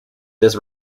this